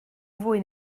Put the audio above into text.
fwy